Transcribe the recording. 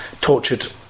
tortured